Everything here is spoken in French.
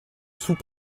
sous